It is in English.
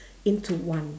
into one